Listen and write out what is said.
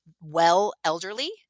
well-elderly